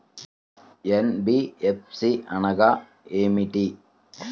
NBFC అనగా ఏమిటీ?